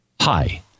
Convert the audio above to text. Hi